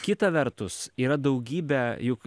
kita vertus yra daugybė juk